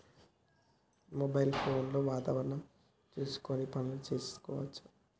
Mobile phone లో వాతావరణం చూసుకొని పనులు చేసుకోవచ్చా?